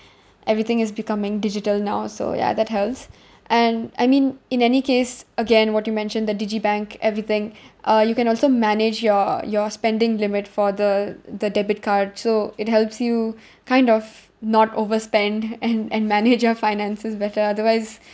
everything is becoming digital now so ya that helps and I mean in any case again what you mentioned the digibank everything uh you can also manage your your spending limit for the the debit card so it helps you kind of not overspend and and manage your finances better otherwise